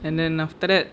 and then after that